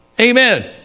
Amen